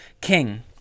king